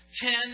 Ten